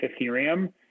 Ethereum